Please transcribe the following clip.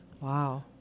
Wow